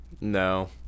No